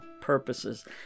purposes